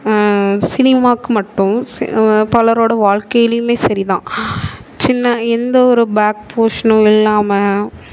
சினிமாவுக்கு மட்டும் பலரோடு வாழ்க்கைலேயுமே சரிதான் சின்ன எந்த ஒரு பேக் போஷ்ணும் இல்லாமல்